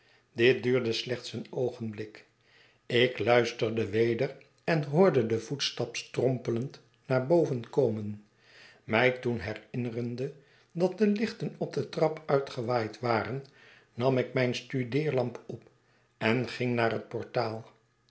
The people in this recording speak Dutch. dit duurde slechts een oogenblik ik luisterde weder en hoorde den voetstap strompelend naar boven komen mij toen herinnerende dat de lichten op de trap uitgewaaid waren nam ik mijn studeerlamp op en ging naar het portaal